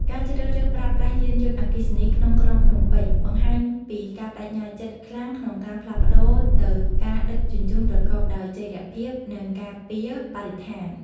ការជ្រើសរើសប្រើប្រាស់យានយន្តអគ្គីសនីក្នុងក្រុងភ្នំពេញ បង្ហាញពីការប្តេជ្ញាចិត្តខ្លាំងក្នុងការផ្លាស់ប្តូរទៅការដឹកជញ្ជូនប្រកបដោយចីរភាព និងការពារបរិស្ថាន។